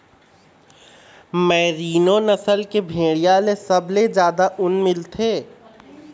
merino नसल के भेड़िया ले सबले जादा ऊन मिलथे